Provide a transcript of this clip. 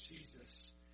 Jesus